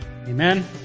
Amen